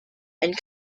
and